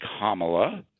Kamala